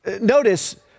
Notice